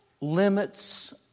Limits